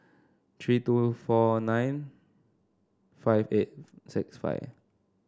three two four nine five eight six five